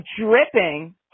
dripping